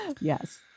yes